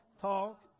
talk